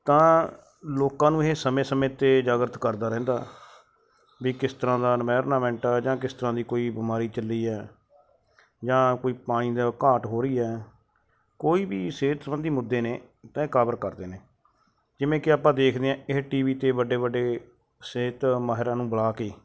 ਤਾਂ ਲੋਕਾਂ ਨੂੰ ਇਹ ਸਮੇਂ ਸਮੇਂ 'ਤੇ ਜਾਗਰਿਤ ਕਰਦਾ ਰਹਿੰਦਾ ਵੀ ਕਿਸ ਤਰ੍ਹਾਂ ਦਾ ਇਨਵਾਰਨਾਮੈਂਟ ਜਾਂ ਕਿਸ ਤਰ੍ਹਾਂ ਦੀ ਕੋਈ ਬਿਮਾਰੀ ਚੱਲੀ ਹੈ ਜਾਂ ਕੋਈ ਪਾਣੀ ਦਾ ਘਾਟ ਹੋ ਰਹੀ ਹੈ ਕੋਈ ਵੀ ਸਿਹਤ ਸੰਬੰਧੀ ਮੁੱਦੇ ਨੇ ਤਾਂ ਇਹ ਕਵਰ ਕਰਦੇ ਨੇ ਜਿਵੇਂ ਕਿ ਆਪਾਂ ਦੇਖਦੇ ਹਾਂ ਇਹ ਟੀ ਵੀ 'ਤੇ ਵੱਡੇ ਵੱਡੇ ਸਿਹਤ ਮਾਹਿਰਾਂ ਨੂੰ ਬੁਲਾ ਕੇ